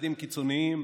צעדים קיצוניים